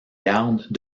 garde